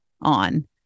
on